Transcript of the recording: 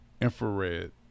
Infrared